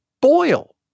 boil